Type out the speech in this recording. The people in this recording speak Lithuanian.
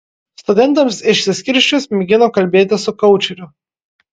studentams išsiskirsčius mėgino kalbėtis su koučeriu